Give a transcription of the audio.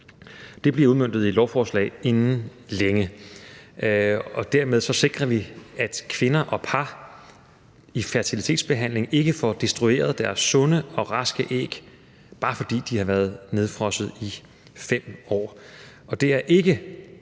Det bliver udmøntet i et lovforslag inden længe. Dermed sikrer vi, at kvinder og par i fertilitetsbehandling ikke får destrueret deres sunde og raske æg, bare fordi de har været nedfrosset i 5 år. Det er ikke